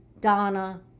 Donna